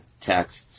texts